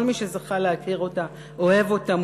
כל מי שזכה להכיר אותה אוהב אותה,